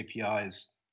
APIs